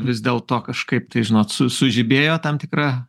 vis dėlto kažkaip tai žinot su sužibėjo tam tikra